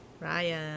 ryan